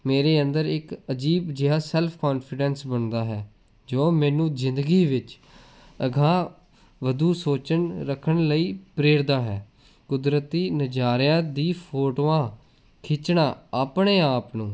ਮੇਰੇ ਅੰਦਰ ਇੱਕ ਅਜੀਬ ਜਿਹਾ ਸੈਲਫ ਕੋਨਫੀਡੈਂਸ ਬਣਦਾ ਹੈ ਜੋ ਮੈਨੂੰ ਜ਼ਿੰਦਗੀ ਵਿੱਚ ਅਗਾਂਹ ਵਧੂ ਸੋਚਣ ਰੱਖਣ ਲਈ ਪ੍ਰੇਰਦਾ ਹੈ ਕੁਦਰਤੀ ਨਜ਼ਾਰਿਆਂ ਦੀ ਫੋਟੋਆਂ ਖਿੱਚਣਾ ਆਪਣੇ ਆਪ ਨੂੰ